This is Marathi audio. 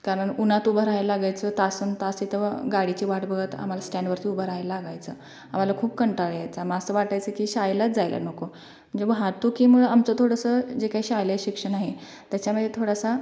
कारण उन्हात उभं राहाय लागायचं तासनतास तिथं गाडीची वाट बघत आम्हाला स्टॅण्डवरती उभं राहाय लागायचं आम्हाला खूप कंटाळ यायचा म असं वाटायचं की शाळेलाच जायला नको वाहतुकीमुळं आमचं थोडंसं जे काही शालेय शिक्षण आहे त्याच्यामध्ये थोडासा